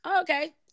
Okay